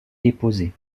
déposée